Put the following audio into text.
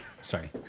Sorry